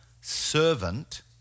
servant